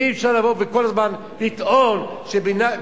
אי-אפשר לבוא וכל הזמן לטעון שמדינת